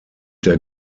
der